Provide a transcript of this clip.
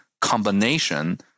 combination